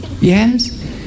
Yes